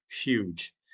Huge